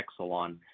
Exelon